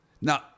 now